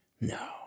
No